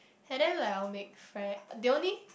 and then like I will make fre~ they only